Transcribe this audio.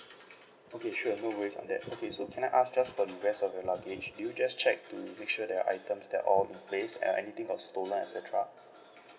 okay sure no worries on that okay so can I ask just for the rest of your luggage do you just check to make sure the items they are all in place uh anything got stolen et cetera